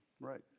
Right